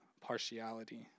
partiality